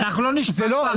אנחנו לא נשמע אותם.